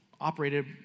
operated